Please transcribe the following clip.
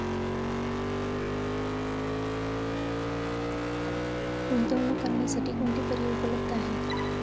गुंतवणूक करण्यासाठी कोणते पर्याय उपलब्ध आहेत?